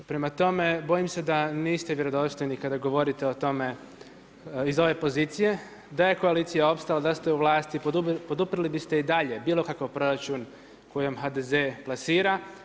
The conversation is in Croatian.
Prema tome, bojim se da niste vjerodostojni kada govorite o tome iz ove pozicije, da je koalicija opstala, da ste u vlasti, poduprli biste i dalje bilo kakav proračun koji HDZ plasira.